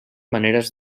maneres